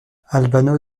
albano